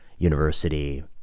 university